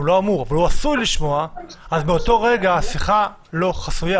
אז מאותו רגע השיחה לא חסויה